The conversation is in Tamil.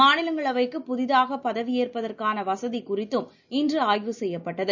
மாநிலங்களவைக்கு புதியதாக பதவியேற்பதற்கான வசதி குறித்தும் இன்று ஆய்வு செய்யப்பட்டது